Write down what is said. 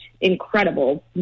incredible